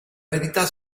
verità